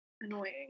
annoying